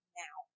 now